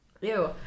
Ew